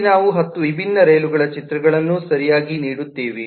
ಇಲ್ಲಿ ನಾವು ಹತ್ತು ವಿಭಿನ್ನ ರೈಲುಗಳ ಚಿತ್ರಗಳನ್ನು ಸರಿಯಾಗಿ ನೀಡಿದ್ದೇವೆ